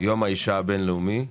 יום האישה הבין-לאומי,